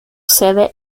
sede